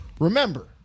remember